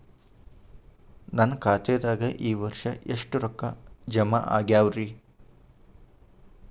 ನನ್ನ ಖಾತೆದಾಗ ಈ ವರ್ಷ ಎಷ್ಟು ರೊಕ್ಕ ಜಮಾ ಆಗ್ಯಾವರಿ?